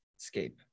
Escape